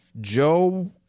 Joe